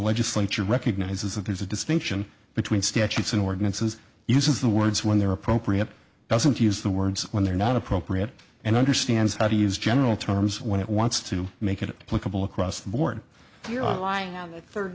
legislature recognizes that there's a distinction between statutes and ordinances uses the words when they're appropriate doesn't use the words when they're not appropriate and understands how to use general terms when it wants to make it playable across the board